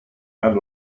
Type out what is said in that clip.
and